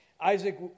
Isaac